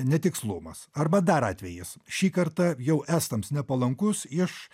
netikslumas arba dar atvejis šį kartą jau estams nepalankus iš